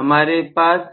हमारे पास